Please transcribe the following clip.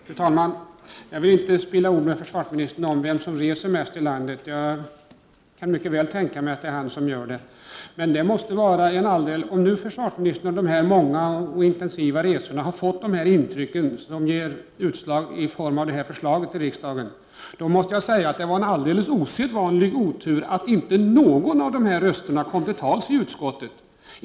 Fru talman! Jag vill inte diskutera med försvarsministern om vem som reser mest i landet. Jag kan mycket väl tänka mig att det är han som gör det. Om nu försvarsministern under de många och intensiva resorna har fått intryck som har tagit form i det här förslaget till riksdagen, måste jag säga att det var en alldeles osedvanlig otur att inte någon av de där rösterna kom till tals i utskottet.